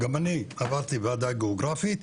גם אני עברתי ועדה גיאוגרפית.